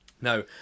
Now